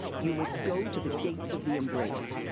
you must go to the gates of the embrace.